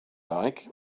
like